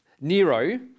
Nero